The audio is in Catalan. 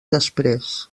després